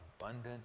abundant